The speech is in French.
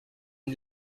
une